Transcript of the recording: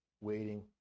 waiting